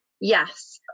yes